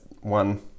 one